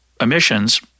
emissions –